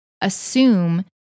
Assume